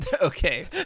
Okay